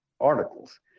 articles